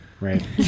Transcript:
right